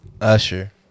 Usher